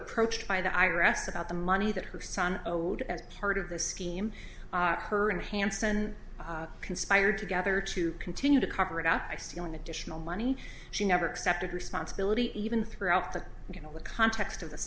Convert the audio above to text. approached by the i rest about the money that her son owed as part of the scheme her enhanced and conspired together to continue to cover it up by stealing additional money she never accepted responsibility even throughout the you know the context of the